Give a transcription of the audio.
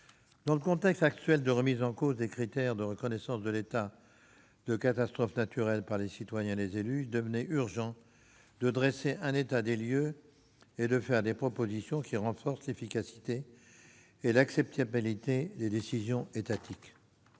dans le contexte actuel de remise en cause des critères de reconnaissance de l'état de catastrophe naturelle par les citoyens et les élus, il devenait urgent de dresser un état des lieux et de faire des propositions en vue de renforcer l'efficacité et l'acceptabilité des décisions étatiques.